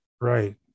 Right